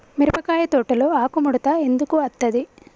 మిరపకాయ తోటలో ఆకు ముడత ఎందుకు అత్తది?